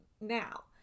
now